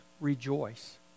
rejoice